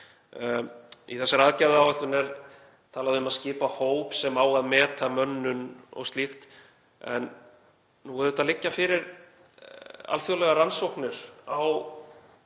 Í þessari aðgerðaáætlun er talað um að skipa hóp sem á að meta mönnun og slíkt en nú liggja auðvitað fyrir alþjóðlegar rannsóknir á